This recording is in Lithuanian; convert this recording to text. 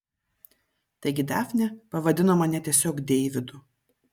taigi dafnė pavadino mane tiesiog deividu